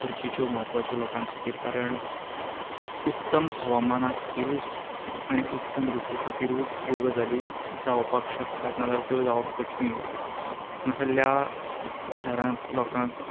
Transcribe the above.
गरजेच्यो म्हत्वाच्यो लोकां खातीर कारण उत्तम हवामाना खातीरूच आनी उत्तम रुतू खातीरूच ह्यो गजाली जावपाक शकतात ना जाल्यार त्यो जावप कठीण हांगासल्ल्या वाठारांत लोकांक